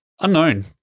Unknown